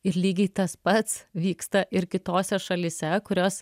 ir lygiai tas pats vyksta ir kitose šalyse kurios